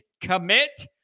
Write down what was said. commit